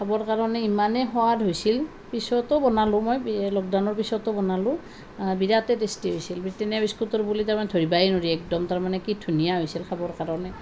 খাবৰ কৰণে ইমানেই সোৱাদ হৈছিল পিছতো বনালোঁ মই লকডাউনৰ পিছতো বনালোঁ বিৰাটেই টেষ্টি হৈছিল ব্ৰিটানিয়া বিস্কুটৰ বুলি ধৰিবই নোৱাৰি একদম তাৰমানে কি ধুনীয়া হৈছিল খাবৰ কাৰণে